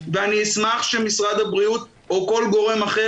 ואני אשמח שמשרד הבריאות או כל גורם אחר